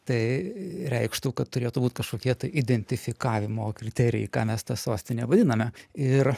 tai reikštų kad turėtų būt kažkokie tai identifikavimo kriterijai ką mes ta sostine vadiname ir